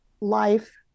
life